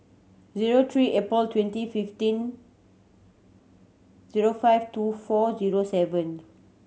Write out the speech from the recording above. zero three April twenty fifteen zero five two four zero seven